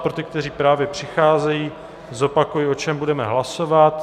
Pro ty, kteří právě přicházejí, zopakuji, o čem budeme hlasovat.